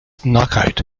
knockout